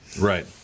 Right